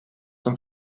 een